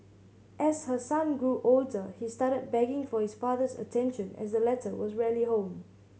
as her son grew older he started begging for his father's attention as the latter was rarely home